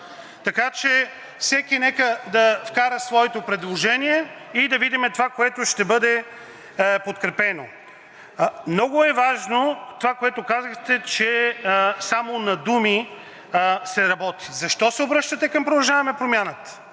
Така че всеки нека да вкара своето предложение и да видим това, което ще бъде подкрепено. Много е важно това, което казахте, че само на думи се работи. Защо се обръщате към „Продължаваме Промяната“?